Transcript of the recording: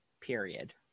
period